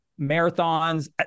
marathons